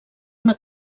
una